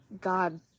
god